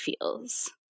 feels